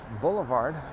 Boulevard